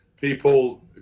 People